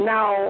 Now